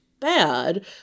bad